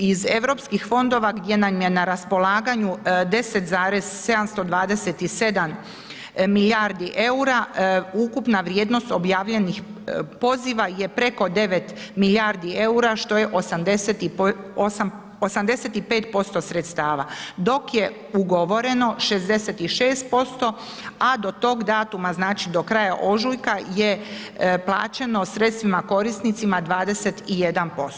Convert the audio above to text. Iz EU fondova, gdje nam je na raspolaganja 10,727 milijardi eura, ukupna vrijednost objavljenih poziva je preko 9 milijardi eura, što je 85% sredstava, dok je ugovoreno 66%, a do tog datuma, znači do kraja ožujka je plaćeno sredstvima korisnicima 21%